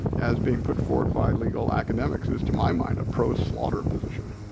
as being put forward by legal academics is to my mind a pro-slaughter position.